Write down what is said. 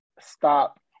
stop